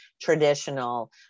traditional